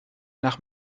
nach